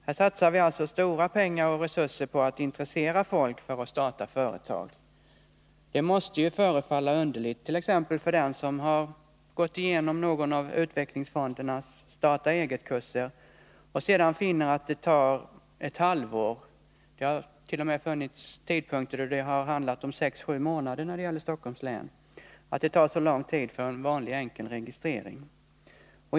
Här satsar vi alltså stora pengar och resurser på att intressera folk för att starta företag. Det måste förefalla underligt, t.ex. för den som har gått igenom någon av utvecklingsfondernas starta-eget-kurser, att finna att det tar så lång tid som ett halvår — det har t.o.m. funnits tidpunkter då det i Stockholms län handlat om sex till sju månader — för en vanlig enkel registrering.